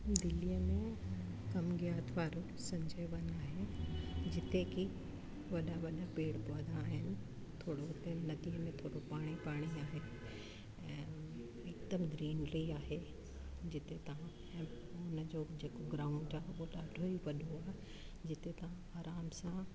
दिल्लीअ में कम ज्ञात वारो संजय वन आहे जिते की वॾा वॾा पेड़ पौधा आहिनि थोरो हुते नदीअ में थोरो पाणी पाणी आहे ऐं हिकदमु ग्रीनरी आहे जिते तव्हां ऐं हुन जो जेको ग्राऊंड आहे उहो ॾाढो ई वॾो आहे जिते तव्हां आराम सां